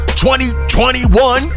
2021